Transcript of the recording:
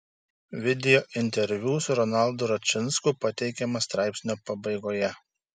video interviu su ronaldu račinsku pateikiamas straipsnio pabaigoje